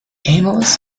analysts